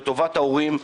לטובת ההורים והילדים.